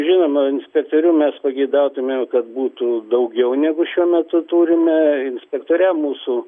žinoma inspektorių mes pageidautumėme kad būtų daugiau negu šiuo metu turime inspektoriam mūsų